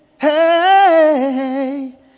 hey